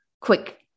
quick